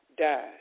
died